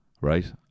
right